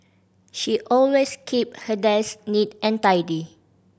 she always keep her desk neat and tidy